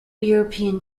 european